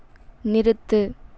நிறுத்து